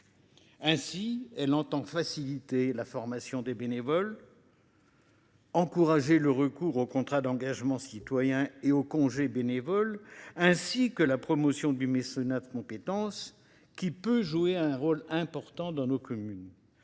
Ainsi, ce texte vise à faciliter la formation des bénévoles, à encourager le recours au contrat d’engagement citoyen et au congé bénévole, à faire la promotion du mécénat de compétences, qui peut jouer un rôle important dans nos communes.